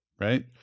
Right